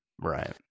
Right